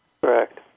Correct